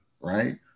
right